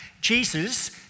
Jesus